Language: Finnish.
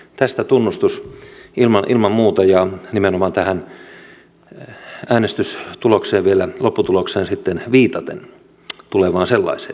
tästä tunnustus ilman muuta a nimenomaan tähän äänestyksen lopputulokseen vielä sitten viitaten tulevaan sellaiseen